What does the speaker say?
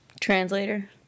translator